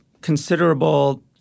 considerable